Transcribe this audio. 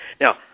Now